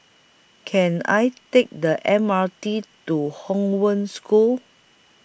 Can I Take The M R T to Hong Wen School